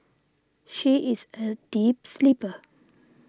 she is a deep sleeper